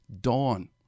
Dawn